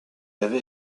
avait